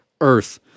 earth